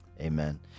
Amen